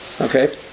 Okay